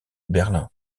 berlin